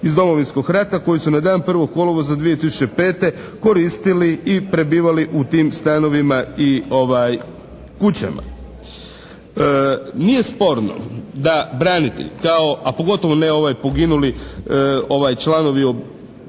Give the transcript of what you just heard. iz Domovinskog rata koji su na dan 1. kolovoza 2005. koristili i prebivali u tim stanovima i kućama." Nije sporno da branitelj kao, a pogotovo ne ovaj poginuli, članovi obitelji